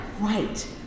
right